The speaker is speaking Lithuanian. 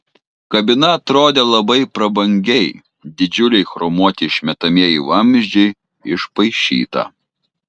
kabina atrodė labai prabangiai didžiuliai chromuoti išmetamieji vamzdžiai išpaišyta